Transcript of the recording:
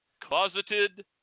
Closeted